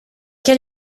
quel